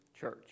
church